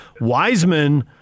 Wiseman